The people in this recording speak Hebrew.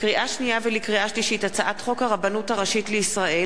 לקריאה שנייה ולקריאה שלישית: הצעת חוק הרבנות הראשית לישראל